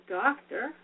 doctor